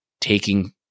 taking